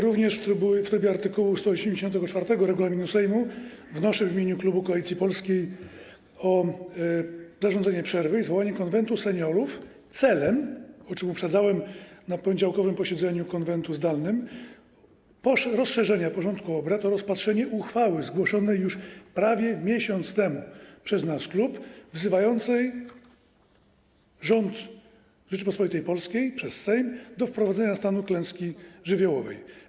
Również w trybie art. 184 regulaminu Sejmu wnoszę w imieniu klubu Koalicja Polska o zarządzenie przerwy i zwołanie Konwentu Seniorów celem, o czym uprzedzałem na poniedziałkowym zdalnym posiedzeniu Konwentu, rozszerzenia porządku obrad o rozpatrzenie uchwały zgłoszonej już prawie miesiąc temu przez nasz klub, wzywającej rząd Rzeczypospolitej Polskiej przez Sejm do wprowadzenia stanu klęski żywiołowej.